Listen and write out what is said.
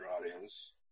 audience